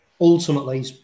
ultimately